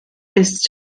ist